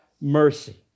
mercy